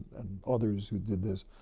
and others who did this.